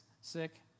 Sick